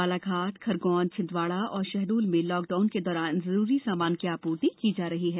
बालाघाट खरगौनछिंदवाड़ा और शहडोल में लॉकडाउन के दौरान जरूरी सामान की आपूर्ति की जा रही है